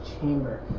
chamber